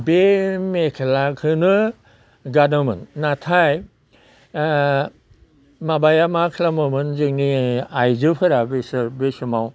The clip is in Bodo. बे मेख्लाखोनो गानोमोन नाथाय माबाया मा खालामोमोन जोंनि आइजोफोरा बिसोर बै समाव